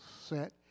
set